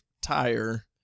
tire